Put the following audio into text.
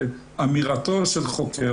באמירתו של חוקר,